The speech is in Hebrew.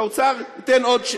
שהאוצר ייתן עוד,